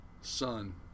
son